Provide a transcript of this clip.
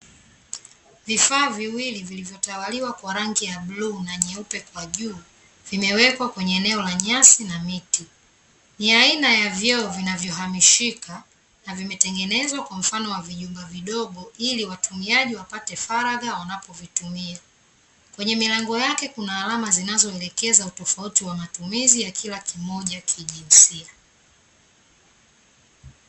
Vifaa viwili vilivyotawaliwa kwa rangi ya bluu na nyeupe kwa juu, vimewekwa kwenye eneo la nyasi na miti. Ni aina ya vyoo vinavyohamishika na vimetengenezwa kwa mfano wa vijumba vidogo, ili watumiaji wapate faragha wanapovitumia. Kwenye milango yake kuna alama zinazoelekeza utofauti wa matumizi ya kila kimoja kijinsia.